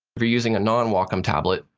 if you're using a non-wacom tablet,